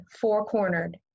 four-cornered